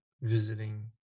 visiting